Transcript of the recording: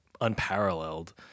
unparalleled